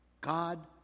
God